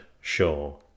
Shaw